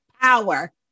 Power